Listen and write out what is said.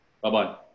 Bye-bye